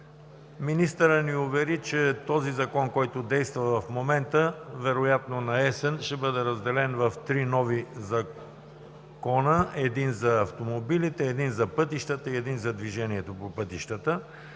Министърът ни увери, че този Закон, който действа в момента, вероятно наесен ще бъде разделен в три нови закона – един за автомобилите, един за пътищата и един за движението по пътищата.